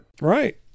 Right